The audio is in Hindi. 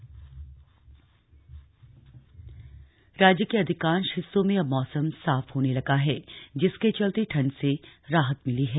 मौसम राज्य के अधिकांश हिस्सों में अब मौसम साफ होने लगा है जिसके चलते ठण्ड से राहत मिली है